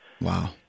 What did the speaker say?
Wow